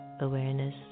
awareness